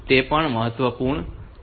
તેથી તે પણ મહત્વપૂર્ણ છે